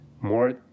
more